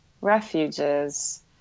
Refuges